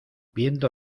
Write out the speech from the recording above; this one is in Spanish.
viendo